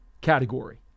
category